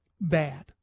bad